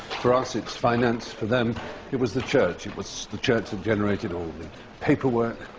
for us, it's finance, for them it was the church. it was the church that generated all the paperwork,